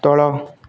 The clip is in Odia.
ତଳ